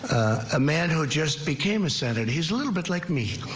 a man who just became a senate his little bit like me.